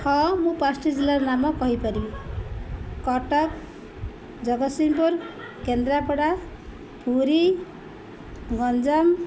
ହଁ ମୁଁ ପାଞ୍ଚଟି ଜିଲ୍ଲାର ନାମ କହିପାରିବି କଟକ ଜଗତସିଂହପୁର କେନ୍ଦ୍ରାପଡ଼ା ପୁରୀ ଗଞ୍ଜାମ